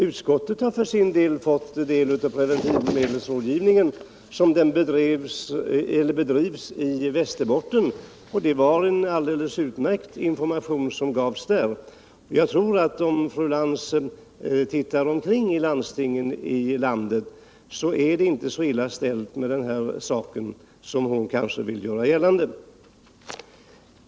Utskottet har för sin del fått information om preventivmedelsrådgivningen som den bedrivs i Västerbotten, och det var en alldeles utmärkt information som gavs där. Om fru Lantz tittar sig omkring i landstingen skall hon finna att det inte är så illa ställt med denna sak som hon kanske vill göra gällande.